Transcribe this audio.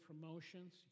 promotions